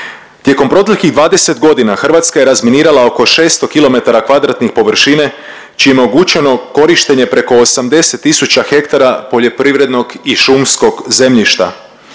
Tijekom proteklih 20.g. Hrvatska je razminirala oko 600 km2 površine, čime je omogućeno korištenje preko 80 tisuća hektara poljoprivrednog i šumskog zemljišta.